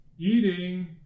Eating